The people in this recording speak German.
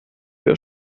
wir